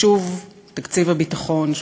שוב תקציב הביטחון,